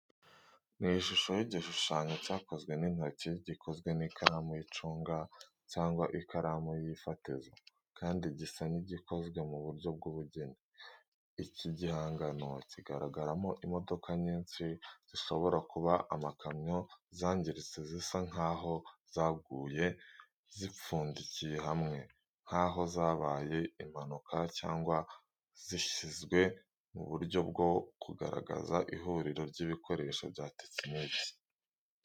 Ni shusho y’igishushanyo cyakozwe n’intoki gikozwe n'ikaramu y'icunga cyangwa ikaramu y’ifatizo kandi gisa n'igikozwe mu buryo bw'ubugeni. Iki gihangano kigaragaramo imodoka nyinshi zishobora kuba amakamyo zangiritse zisa nk’aho zaguye, zipfundikiye hamwe, nk’aho zabaye impanuka cyangwa zishyizwe mu buryo bwo kugaragaza ihuriro ry’ibikoresho bya tekiniki.